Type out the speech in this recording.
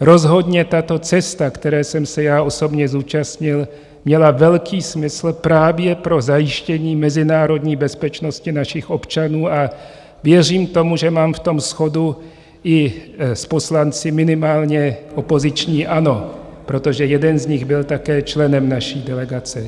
rozhodně tato cesta, které jsem se já osobně zúčastnil, měla velký smysl právě pro zajištění mezinárodní bezpečnosti našich občanů, a věřím tomu, že mám v tom shodu i s poslanci minimálně opoziční ANO, protože jeden z nich byl také členem naší delegace.